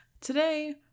today